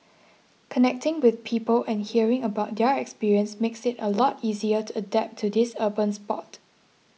connecting with people and hearing about their experience makes it a lot easier to adapt to this urban sport